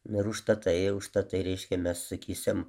nu ir užtatai užtatai reiškia mes sakysim